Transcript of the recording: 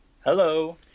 Hello